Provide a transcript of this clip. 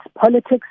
politics